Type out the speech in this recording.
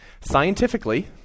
Scientifically